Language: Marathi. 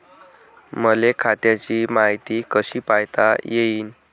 मले खात्याची मायती कशी पायता येईन?